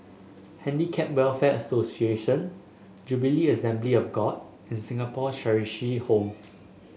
Handicap Welfare Association Jubilee Assembly of God and Singapore Home